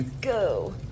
go